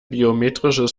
biometrisches